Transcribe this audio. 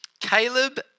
Caleb